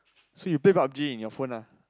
so you play pub-G in your phone ah